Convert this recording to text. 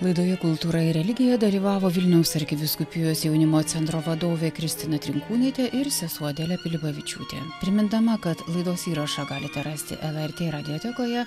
laidoje kultūra ir religija dalyvavo vilniaus arkivyskupijos jaunimo centro vadovė kristina trinkūnaitė ir sesuo adelė pilipavičiūtė primindama kad laidos įrašą galite rasti lrt radiotekoje